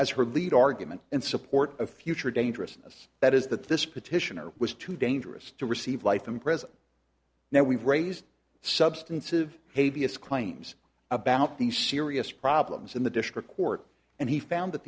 as her lead argument in support of future dangerousness that is that this petitioner was too dangerous to receive life in prison now we've raised substance of hay vs claims about these serious problems in the district court and he found that